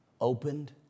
opened